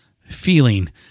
Feeling